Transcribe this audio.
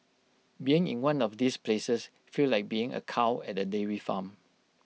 being in one of these places feels like being A cow at A dairy farm